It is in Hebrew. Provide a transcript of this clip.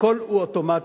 שהכול פה אוטומטי,